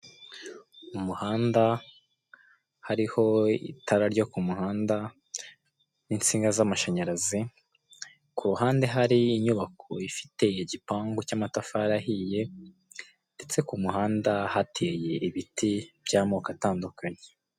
Umuhanda hariho itara ryo ku muhanda, insinga z'amashanyarazi, ku ruhande hari inyubako ifite igipangu cy'amatafari ahiye, ndetse ku muhanda hateye ibiti by'amoko atandukanye.